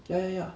yeah yeah yeah